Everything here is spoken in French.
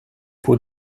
peaux